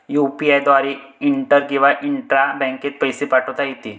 UPI द्वारे inter किंवा intra बँकेत पैसे पाठवता येते